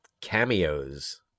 cameos